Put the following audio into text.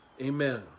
Amen